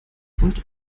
sollte